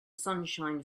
sunshine